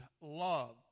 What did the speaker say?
love